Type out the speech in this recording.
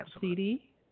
CD